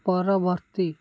ପରବର୍ତ୍ତୀ